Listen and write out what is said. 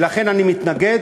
ולכן אני מתנגד,